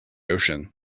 ocean